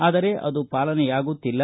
ಆದರೆ ಅದು ಪಾಲನೆಯಾಗುತ್ತಿಲ್ಲ